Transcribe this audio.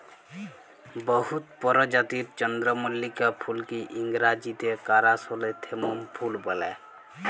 বহুত পরজাতির চল্দ্রমল্লিকা ফুলকে ইংরাজিতে কারাসলেথেমুম ফুল ব্যলে